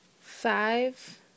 Five